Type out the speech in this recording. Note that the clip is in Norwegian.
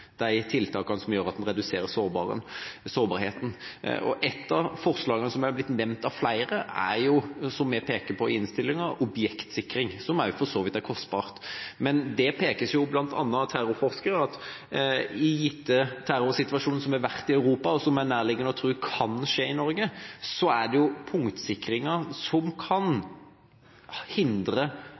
de tiltakene som gjør at en reduserer sårbarheten. Ett av forslagene, som er blitt nevnt av flere, og som vi peker på i innstillinga, er objektsikring, som også for så vidt er kostbart. Men det pekes på bl.a. av terrorforskere at i gitte terrorsituasjoner – som har vært i Europa, og som det er nærliggende å tro kan skje i Norge – er det punktsikringa som kan hindre